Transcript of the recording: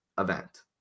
event